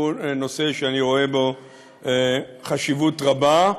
הוא נושא שאני רואה בו חשיבות רבה.